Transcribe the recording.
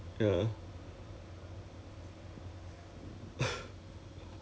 later I go and check recently 都没有东西看 liao leh I mean on Netflix also boring sia